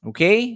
Okay